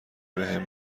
بهم